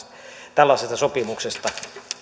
tällaisesta sopimuksesta